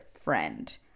friend